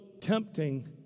tempting